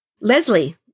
Leslie